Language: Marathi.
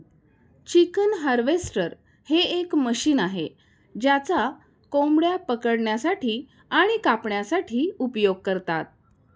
चिकन हार्वेस्टर हे एक मशीन आहे ज्याचा कोंबड्या पकडण्यासाठी आणि कापण्यासाठी उपयोग करतात